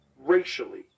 racially